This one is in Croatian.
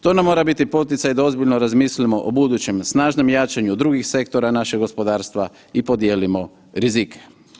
To nam mora biti poticaj da ozbiljno razmislimo o budućem snažnom jačanju drugih sektora našeg gospodarstva i podijelimo rizike.